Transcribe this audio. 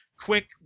quick